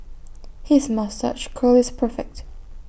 his moustache curl is perfect